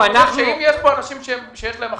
אם יש פה אנשים מן הקואליציה שיש להם אחריות,